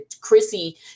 Chrissy